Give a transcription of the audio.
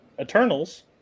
Eternals